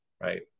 right